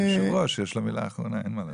יושב ראש, יש לו מילה אחרונה, אין מה לעשות.